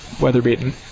weather-beaten